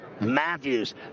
Matthews